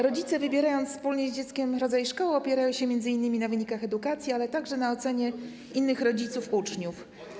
Rodzice, wybierając wspólnie z dzieckiem rodzaj szkoły, opierają się m.in. na wynikach edukacji, ale także na ocenie innych rodziców uczniów.